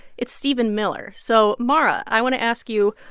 it's stephen miller. so, mara, i want to ask you,